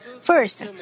First